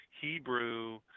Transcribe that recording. Hebrew